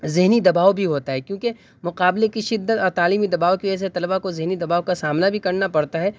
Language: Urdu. ذہنی دباؤ بھی ہوتا ہے کیوںکہ مقابلے کی شدت اور تعلیمی دباؤ کی وجہ سے طلبا کو ذہنی دباؤ کا سامنا بھی کرنا پڑتا ہے